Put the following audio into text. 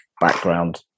background